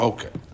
Okay